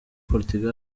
portugal